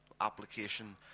application